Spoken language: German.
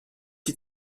die